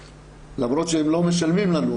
למרות שהם לא משלמים לנו,